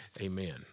amen